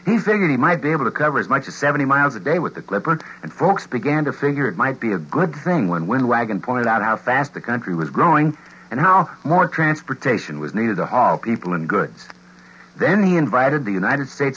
he figured he might be able to cover as much as seventy miles a day with a clipboard and folks began to figure it might be a good thing when wind wagon pointed out how fast the country was growing and how more transportation was needed to haul people and goods then he invited the united states